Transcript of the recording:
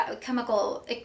chemical